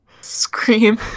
scream